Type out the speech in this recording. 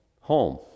home